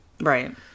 Right